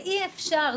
אי אפשר,